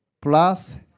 plus